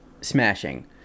Smashing